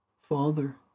Father